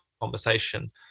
conversation